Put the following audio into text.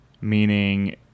Meaning